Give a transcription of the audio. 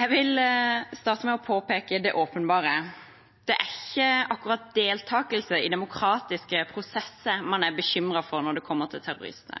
Jeg vil starte med å påpeke det åpenbare: Det er ikke akkurat deltakelse i demokratiske prosesser man er bekymret for når det gjelder terrorisme.